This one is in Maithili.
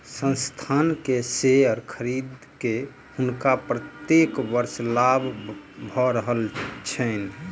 संस्थान के शेयर खरीद के हुनका प्रत्येक वर्ष लाभ भ रहल छैन